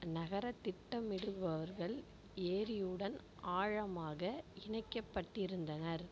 நகர திட்டமிடுபவர்கள் ஏரியுடன் ஆழமாக இணைக்கப்பட்டிருந்தனர்